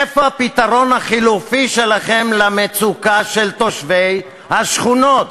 איפה הפתרון החלופי שלכם למצוקה של תושבי השכונות?